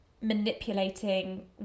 manipulating